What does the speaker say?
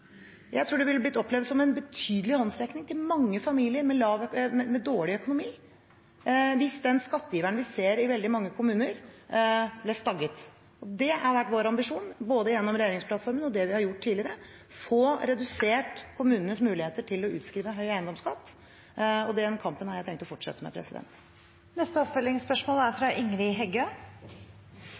Jeg tror det ville blitt opplevd som en betydelig håndsrekning til mange familier med dårlig økonomi hvis den skatteiveren vi ser i veldig mange kommuner, ble stagget. Det har vært vår ambisjon, både gjennom regjeringsplattformen og det vi har gjort tidligere, å få redusert kommunenes mulighet til å utskrive høy eiendomsskatt, og den kampen har jeg tenkt å fortsette med. Ingrid Heggø – til oppfølgingsspørsmål. Handlingsrommet for velferd er